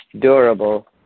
durable